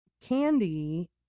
candy